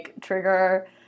trigger